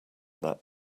that